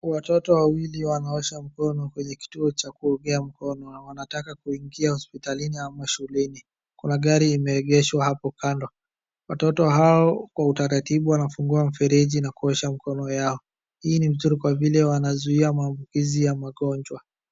Watoto wawili wanaosha mkono kwenye kituo cha kuogea mkono. Wanataka kuingia hospitalini ama shuleni. Kuna gari imeegeshwa hapo kando. Watoto hao kwa utaratibu wanafungua mfereji na kuosha mkono yao. Hii ni nzuri kwa vile wanazuia maambukizi ya magonjwa.